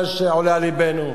מה שעולה על לבנו,